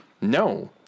No